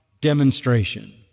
demonstration